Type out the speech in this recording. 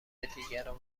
دیگران